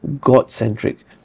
God-centric